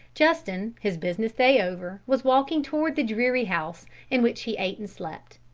justin, his business day over, was walking toward the dreary house in which he ate and slept.